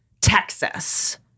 Texas